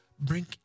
bring